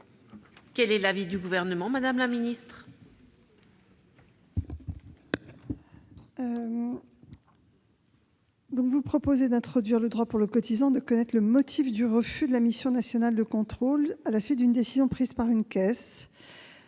Quel est l'avis du Gouvernement ? Il est proposé d'introduire le droit pour le cotisant de connaître le motif du refus de la mission nationale de contrôle à la suite d'une décision prise par une caisse.